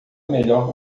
melhor